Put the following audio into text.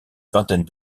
vingtaine